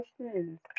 questions